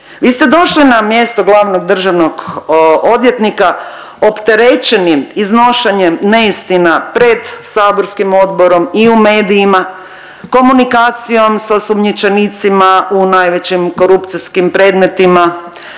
Vi ste došli na mjesto glavnog državnog odvjetnika opterećeni iznošenjem neistina pred saborskim odborom i u medijima, komunikacijom sa osumnjičenicima u najvećim korupcijskim predmetima,